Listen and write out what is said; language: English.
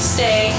Stay